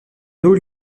haut